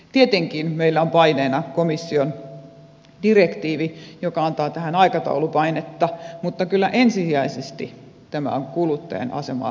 tietenkin meillä on paineena komission direktiivi joka antaa tähän aikataulupainetta mutta kyllä ensisijaisesti tämä on kuluttajien asemaa parantava laki